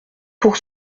pour